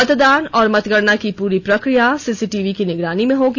मतदान और मतगणना की पूरी प्रक्रिया सीसीटीवी की निगरानी में होगी